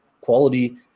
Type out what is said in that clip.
quality